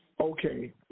okay